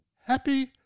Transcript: Happy